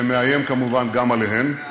שמאיים כמובן גם עליהן.